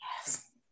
Yes